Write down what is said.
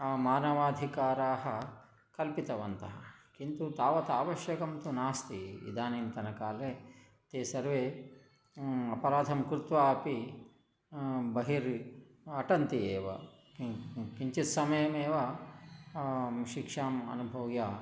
मानवाधिकारान् कल्पितवन्तः किन्तु तावदावश्यकं तु नास्ति इदानीन्तनकाले ते सर्वे अपराधं कृत्वा अपि बहिः अटन्ति एव किञ्चित् समयमेव शिक्षाम् अनुभूय